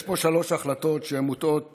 יש פה שלוש החלטות, שמוטעות